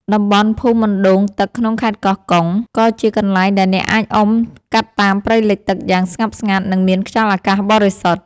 តំបន់ភូមិអណ្ដូងទឹកក្នុងខេត្តកោះកុង ក៏ជាកន្លែងដែលអ្នកអាចអុំកាត់តាមព្រៃលិចទឹកយ៉ាងស្ងប់ស្ងាត់ និងមានខ្យល់អាកាសបរិសុទ្ធ។